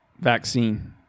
vaccine